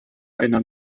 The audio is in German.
einer